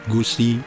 Gusi